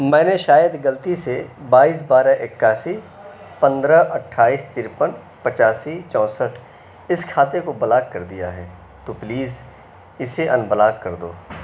میں نے شاید غلطی سے بائیس بارہ اکیاسی پندرہ اٹھائیس ترپن پچاسی چوسٹھ اس کھاتے کو بلاک کر دیا ہے تو پلیز اسے انبلاک کر دو